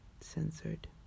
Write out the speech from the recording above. censored